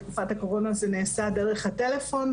בתקופת הקורונה זה נעשה דרך הטלפון,